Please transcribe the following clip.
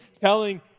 telling